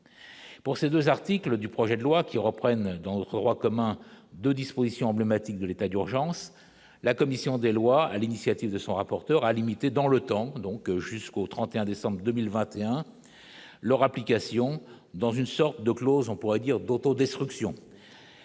pour ces 2 articles du projet de loi qui reprennent dans notre roi commun de dispositions emblématiques de l'état d'urgence, la commission des lois à l'initiative de son rapporteur a limité dans le temps, donc jusqu'au 31 décembre 2021, leur application dans une sorte de clause, on pourrait dire d'autodestruction,